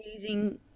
using